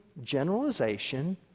generalization